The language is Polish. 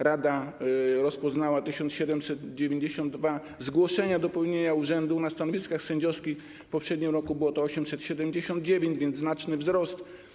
Rada rozpoznała 1792 zgłoszenia do pełnienia urzędu na stanowisku sędziowskim, a w poprzednim roku było ich 879, więc był to znaczny wzrost.